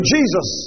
Jesus